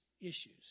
issues